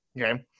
Okay